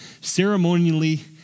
ceremonially